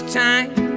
time